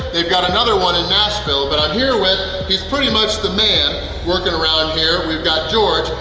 they've got another one in nashville. but i'm here with. he's pretty much the man working around here! we've got george,